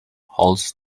holds